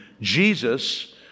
jesus